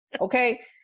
Okay